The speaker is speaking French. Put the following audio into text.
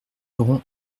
aurons